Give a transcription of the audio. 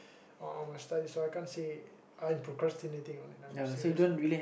uh my studies so I can't say it I'm procrastinating on it I'm serious one